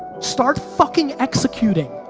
start fucking executing.